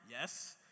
yes